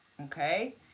okay